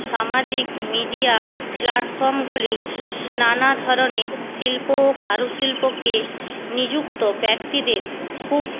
সামাজিক মিডিয়া প্লাটফর্মগুলি নানা ধরনের শিল্প ও কারুশিল্পকে নিযুক্ত ব্যক্তিদের খুব